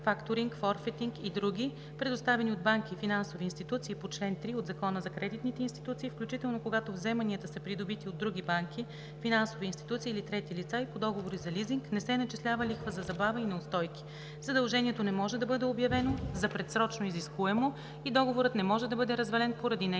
(факторинг, форфетинг и други), предоставени от банки и финансови институции по чл. 3 от Закона за кредитните институции, включително когато вземанията са придобити от други банки, финансови институции или трети лица, и по договори за лизинг, не се начисляват лихви за забава и неустойки, задължението не може да бъде обявено за предсрочно изискуемо и договорът не може да бъде развален поради